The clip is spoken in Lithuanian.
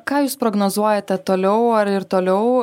ką jūs prognozuojate toliau ar ir toliau